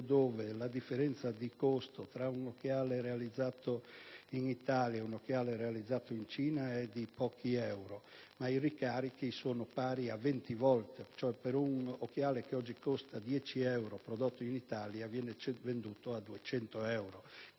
dove la differenza di costo tra un occhiale realizzato in Italia e un occhiale realizzato in Cina è di pochi euro, ma i ricarichi sono pari a venti volte, cioè un occhiale che oggi costa dieci euro prodotto in Italia viene venduto a 200 euro